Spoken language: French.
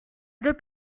deux